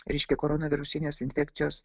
reiškia korona virusinės infekcijos